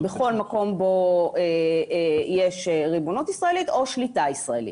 בכל מקום בו יש ריבונות ישראלית או שליטה ישראלית.